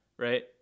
right